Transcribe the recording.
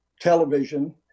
television